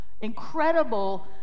incredible